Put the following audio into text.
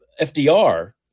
FDR